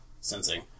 sensing